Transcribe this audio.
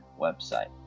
website